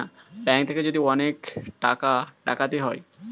bank থেকে যদি অনেক টাকা ডাকাতি হয়